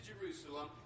Jerusalem